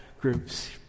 groups